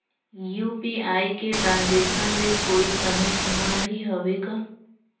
UPI के transaction ले कोई समय सीमा भी हवे का?